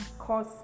cause